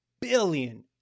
billion